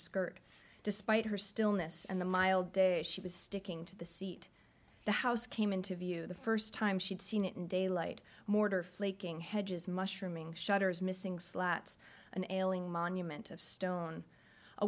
skirt despite her stillness and the mild day she was sticking to the seat the house came into view the first time she'd seen it in daylight mortar flaking hedges mushrooming shutters missing slats an ailing monument of stone a